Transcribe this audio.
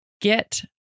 get